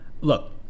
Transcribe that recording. look